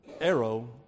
arrow